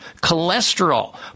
cholesterol